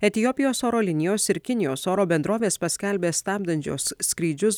etiopijos oro linijos ir kinijos oro bendrovės paskelbė stabdančios skrydžius